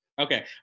Okay